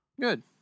Good